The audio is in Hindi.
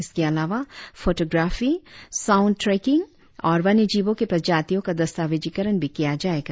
इसके अलावा फोटोग्राफी साउण्ड ट्रेकिंग और वन्य जीवों के प्रजातियों का दस्तावेजीकरण भी किया जाएगा